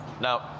Now